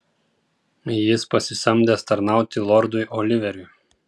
jis pasisamdęs tarnauti lordui oliveriui